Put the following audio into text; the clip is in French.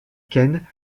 ken